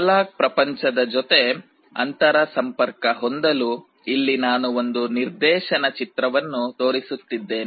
analogue ಪ್ರಪಂಚದ ಜೊತೆ ಅಂತರ ಸಂಪರ್ಕ ಹೊಂದಲು ಇಲ್ಲಿ ನಾನು ಒಂದು ನಿರ್ದೇಶನ ಚಿತ್ರವನ್ನು ತೋರಿಸುತ್ತಿದ್ದೇನೆ